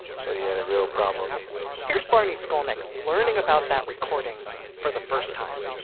said he had a real problem here's barney skolnik learning about that recording for the first time